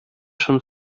schon